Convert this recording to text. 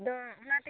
ᱟᱫᱚ ᱚᱱᱟᱛᱮᱜᱮ